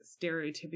stereotypical